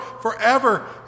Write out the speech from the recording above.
forever